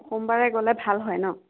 সোমবাৰে গ'লে ভাল হয় ন